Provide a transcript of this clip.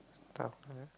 doctor